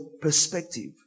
Perspective